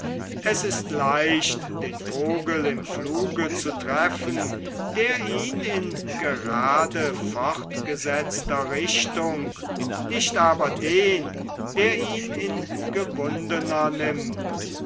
es ist leicht den vogel im fluge zu treffen der ihn in grade fortgesetzter richtung nicht aber den der ihn in gewundener nimmt